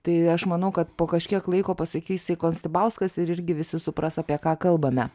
tai aš manau kad po kažkiek laiko pasakysi konstibauskas ir irgi visi supras apie ką kalbame